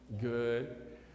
Good